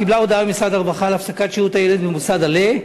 קיבלה הודעה ממשרד הרווחה על הפסקת שהות הילד במוסד על"ה,